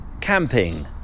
camping